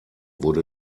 wurde